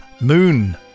Moon